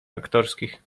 aktorskich